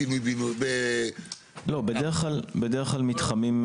בדרך כלל מתחמים,